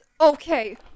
Okay